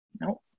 Nope